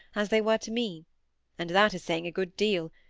as they were to me and that is saying a good deal,